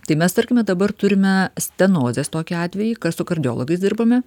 tai mes tarkime dabar turime stenozės tokį atvejį kas su kardiologais dirbame